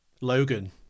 Logan